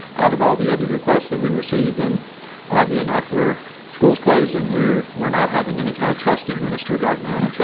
out of all the other requests that we received. and oddly enough, we're schools closed and we're we're not having any kind of test administered right now. so